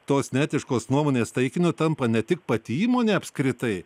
tos neetiškos nuomonės taikiniu tampa ne tik pati įmonė apskritai